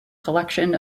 collection